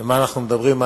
במה אנחנו מדברים?